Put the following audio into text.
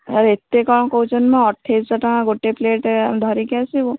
sir ଏତେ କ'ଣ କହୁଛନ୍ତି ମ ଅଠେଇଶଶହ ଟଙ୍କା ଗୋଟେ ପ୍ଲେଟ୍ ଆମେ ଧରିକି ଆସିବୁ